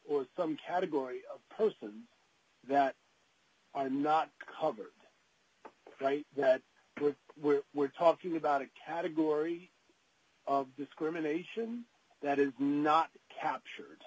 or some category of posters that are not covered right but we're we're talking about a category of discrimination that is not captured